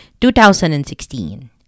2016